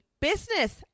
business